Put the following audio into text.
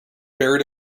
buried